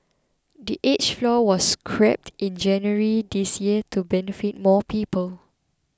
the age floor was scrapped in January this year to benefit more people